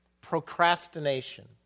procrastination